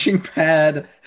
pad